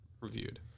reviewed